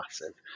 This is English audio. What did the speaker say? massive